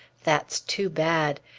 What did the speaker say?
that's too bad!